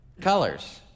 colors